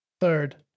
Third